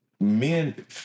men